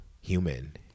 human